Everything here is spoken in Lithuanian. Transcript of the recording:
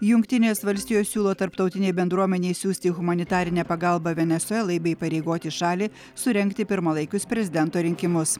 jungtinės valstijos siūlo tarptautinei bendruomenei siųsti humanitarinę pagalbą venesuelai bei įpareigoti šalį surengti pirmalaikius prezidento rinkimus